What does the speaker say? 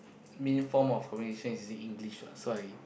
main form of communication is in English what so I